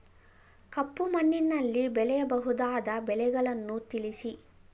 ಕಪ್ಪು ಮಣ್ಣಿನಲ್ಲಿ ಬೆಳೆಯಬಹುದಾದ ಬೆಳೆಗಳನ್ನು ತಿಳಿಸಿ?